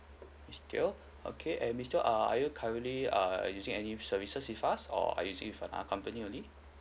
miss teo okay eh miss teo err are you currently err using any services with us or are you uh company only